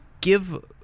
give